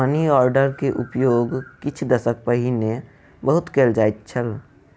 money order के उपयोग किछ दशक पहिने बहुत कयल जाइत छल